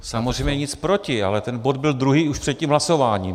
Samozřejmě nic proti, ale ten bod byl druhý už před tím hlasováním.